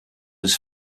was